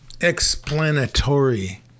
explanatory